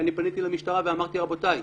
אני פניתי למשטרה ואמרתי, רבותיי,